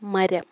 മരം